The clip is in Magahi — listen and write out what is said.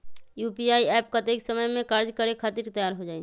यू.पी.आई एप्प कतेइक समय मे कार्य करे खातीर तैयार हो जाई?